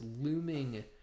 looming